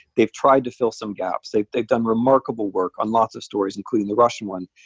they've tried to fill some gaps. they've they've done remarkable work on lots of stories, including the russian one.